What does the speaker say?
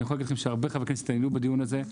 אני יכול להגיד לכם שהרבה חברי כנסת היו בדיון הזה,